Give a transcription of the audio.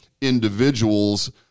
individuals